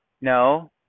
no